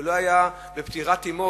ולא היה בפטירת אמו,